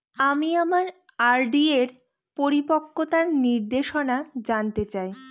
আমি আমার আর.ডি এর আমার পরিপক্কতার নির্দেশনা জানতে চাই